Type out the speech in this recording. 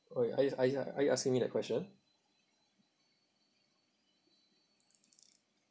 !oi! are you are are you asking me that question